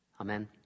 Amen